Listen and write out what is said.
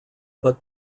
but